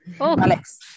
Alex